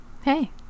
hey